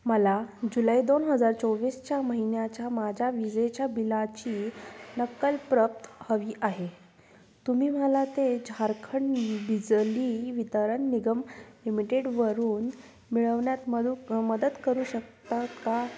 मला जुलै दोन हजार चोवीसच्या महिन्याच्या माझ्या विजेच्या बिलाची नक्कल प्रप्त हवी आहे तुम्ही मला ते झारखंड बिजली वितरण निगम लिमिटेडवरून मिळवण्यात मदु मदत करू शकता का